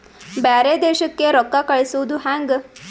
ಬ್ಯಾರೆ ದೇಶಕ್ಕೆ ರೊಕ್ಕ ಕಳಿಸುವುದು ಹ್ಯಾಂಗ?